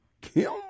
Kim